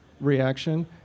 reaction